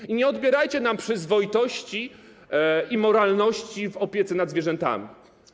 I nie odbierajcie nam przyzwoitości i moralności w opiece nad zwierzętami.